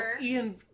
Ian